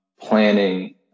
planning